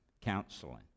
counseling